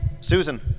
Susan